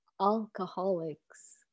alcoholics